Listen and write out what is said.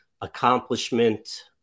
accomplishment